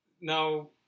Now